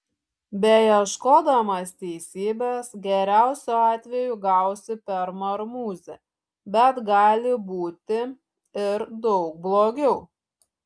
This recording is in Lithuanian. beieškodamas teisybės geriausiu atveju gausi per marmuzę bet gali būti ir daug blogiau